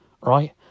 right